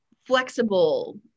flexible